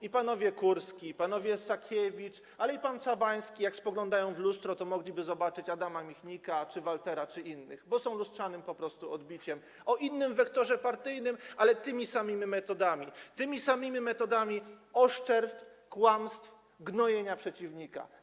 Jak pan Kurski, pan Sakiewicz, ale i pan Czabański spoglądają w lustro, to mogliby zobaczyć Adama Michnika czy Waltera, czy innych, bo są po prostu lustrzanym odbiciem, o innym wektorze partyjnym, ale z tymi samymi metodami, tymi samymi metodami oszczerstw, kłamstw, gnojenia przeciwnika.